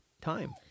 time